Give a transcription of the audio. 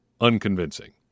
unconvincing